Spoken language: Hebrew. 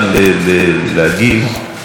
אז צריך להיות זהירים בכבודם.